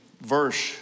verse